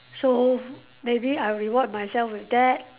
so maybe I will reward myself with that